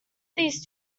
these